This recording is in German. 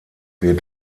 wird